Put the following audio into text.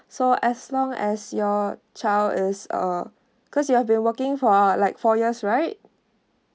so as long as your child is uh because you have been working for uh like four years right